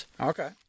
Okay